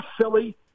silly